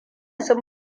sun